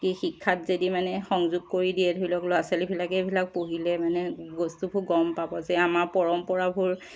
শিক্ষাত যদি মানে সংযোগ কৰি দিয়ে ধৰি লওক ল'ৰা ছোৱালীবিলাকে এইবিলাক পঢ়িলে মানে বস্তুবোৰ গম পাব যে আমাৰ পৰম্পৰাবোৰ